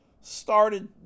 started